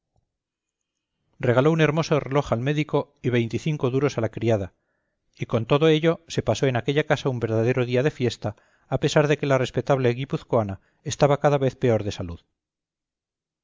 regaló un hermoso reloj al médico y veinticinco duros a la criada y con todo ello se pasó en aquella casa un verdadero día de fiesta a pesar de que la respetable guipuzcoana estaba cada vez peor de salud